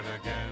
again